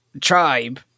tribe